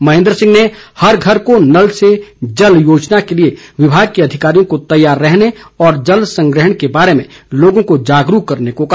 महेन्द्र सिंह ने हर घर को नल से जल योजना के लिए विभाग के अधिकारियों को तैयार रहने और जल संग्रहण के बारे में लोगों को जागरूक करने को कहा